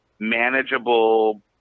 manageable